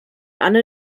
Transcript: anne